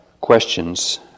questions